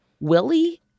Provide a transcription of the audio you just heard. Willie